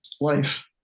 life